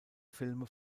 filme